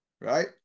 right